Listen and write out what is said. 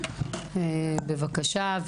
בבקשה.